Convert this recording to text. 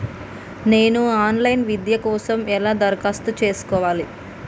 నేను online విద్య కోసం ఎలా దరఖాస్తు చేసుకోవాలి?